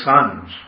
sons